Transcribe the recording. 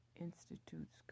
Institute's